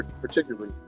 particularly